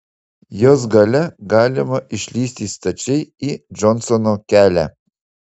jos gale galima išlįsti stačiai į džonsono kelią